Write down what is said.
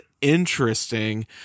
interesting